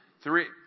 three